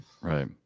Right